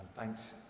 Thanks